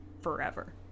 forever